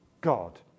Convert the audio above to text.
God